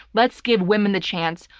let's give women the chance.